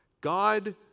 God